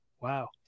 Wow